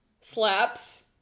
Slaps